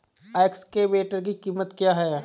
Excavator की कीमत क्या है?